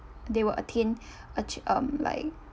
they will attain a ch~ um like